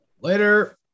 Later